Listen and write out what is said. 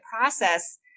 process